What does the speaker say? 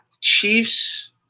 Chiefs